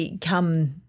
come